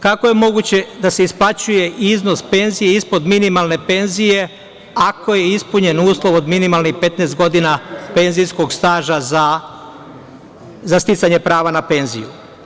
Kako je moguće da se isplaćuje iznos penzije ispod minimalne penzije ako je ispunjen uslov od minimalnih 15 godina penzijskog staža za sticanje prava na penziju?